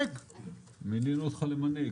מינינו אותך למנהיג.